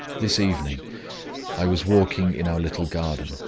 this evening i was walking in our little garden,